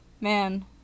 man